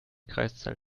kreiszahl